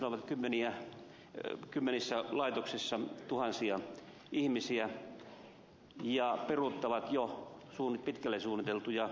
ne irtisanovat kymmenissä laitoksissa tuhansia ihmisiä ja peruuttavat jo pitkälle suunniteltuja investointeja